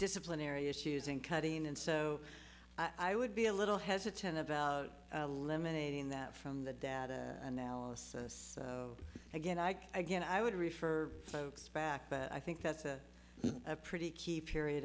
disciplinary issues in cutting and so i would be a little hesitant about a lemonade in that from the data analysis again i again i would refer folks back but i think that's a pretty keep period